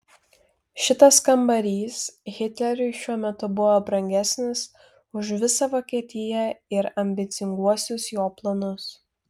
šitas kambarys hitleriui šiuo metu buvo brangesnis už visą vokietiją ir ambicinguosius jo planus